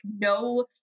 no